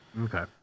Okay